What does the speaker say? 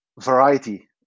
variety